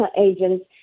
agents